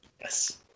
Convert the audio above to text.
Yes